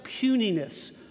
puniness